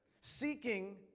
Seeking